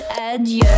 Adieu